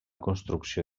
construcció